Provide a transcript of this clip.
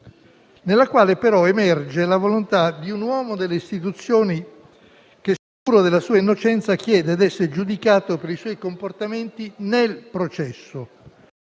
nella quale emerge però la volontà di un uomo delle istituzioni che, sicuro della sua innocenza, chiede di essere giudicato per i suoi comportamenti nel processo